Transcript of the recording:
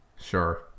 Sure